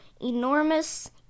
enormous